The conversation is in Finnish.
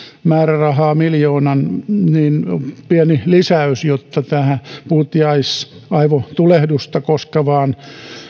määrärahaa miljoonan jotta tähän puutiaisaivotulehdusta koskevaan